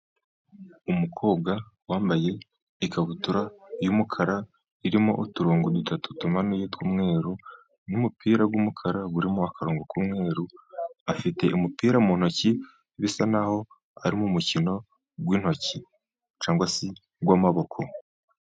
Umukobwa wambaye ikabutura' yumukara, irimo uturongo dutatu tumanuye tw'umweru, n' umupira wumukara urimo akarongo k'umweru, afite umupira mu ntoki bisa naho ari umukino w'intoki cyangwa si w, amaboko.